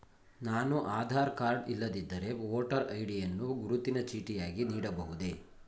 ನಾನು ಆಧಾರ ಕಾರ್ಡ್ ಇಲ್ಲದಿದ್ದರೆ voter ID ಯನ್ನು ಗುರುತಿನ ಚೀಟಿಯಾಗಿ ನೀಡಬಹುದೇ?